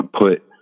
put